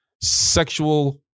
sexual